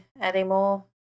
anymore